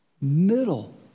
middle